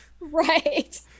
Right